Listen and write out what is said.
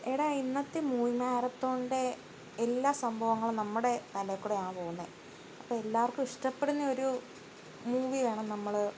ഏടാ ഇന്നത്തെ മൂവി മാരത്തോണിൻ്റെ എല്ലാ സംഭവങ്ങളും നമ്മുടെ തലയിൽക്കുടിയാണ് പോവുന്നത് അപ്പോൾ എല്ലാവർക്കും ഇഷ്ടപ്പെടുന്ന ഒരു മൂവി വേണം നമ്മൾ